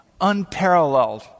Unparalleled